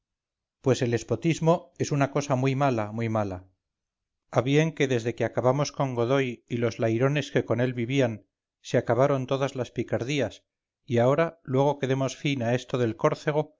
pues el espotismo es una cosa muy mala muy mala a bien que desde que acabamos con godoy y los lairones que con él vivían se acabaron todas las picardías y ahora luego que demos fin a esto del córcego